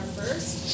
first